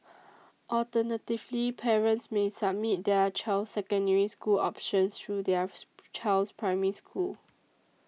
alternatively parents may submit their child's Secondary School options through their child's Primary School